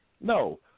no